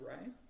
right